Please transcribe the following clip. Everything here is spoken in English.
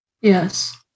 Yes